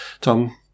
Tom